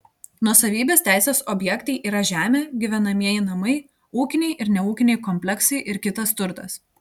nuosavybės teisės objektai yra žemė gyvenamieji namai ūkiniai ir neūkiniai kompleksai ir kitas turtas